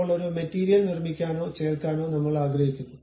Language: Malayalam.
ഇപ്പോൾ ഒരു മെറ്റീരിയൽ നിർമ്മിക്കാനോ ചേർക്കാനോ നമ്മൾ ആഗ്രഹിക്കുന്നു